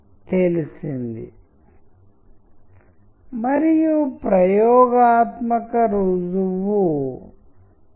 కాబట్టి వచనాన్ని మార్చడం ద్వారా చిత్రాల యొక్క మొత్తం అవగాహన ప్రక్రియ రూపాంతరం చెందుతుందని మీరు చూస్తారు